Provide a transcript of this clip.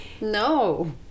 no